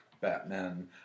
Batman